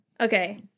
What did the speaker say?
Okay